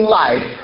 life